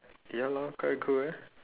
ya lah quite cool eh